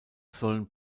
sollen